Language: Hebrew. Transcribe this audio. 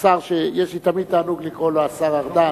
השר שיש לי תמיד תענוג לקרוא לו השר ארדן,